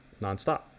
nonstop